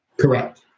Correct